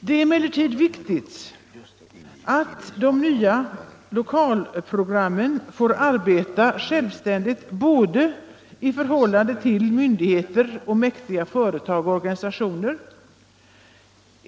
Det är emellertid viktigt att de nya lokalprogramrnen får arbeta självständigt i förhållande till både myndigheter och mäktiga företag och organisationer.